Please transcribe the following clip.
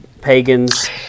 pagans